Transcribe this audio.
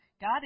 God